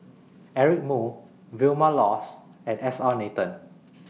Eric Moo Vilma Laus and S R Nathan